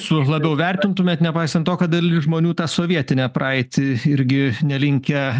su labiau vertintumėt nepaisant to kad dalis žmonių tą sovietinę praeitį irgi nelinkę